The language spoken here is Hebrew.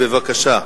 בבקשה.